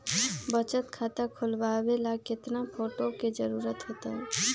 बचत खाता खोलबाबे ला केतना फोटो के जरूरत होतई?